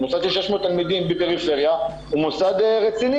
מוסד של 600 תלמידים בפריפריה הוא מוסד רציני.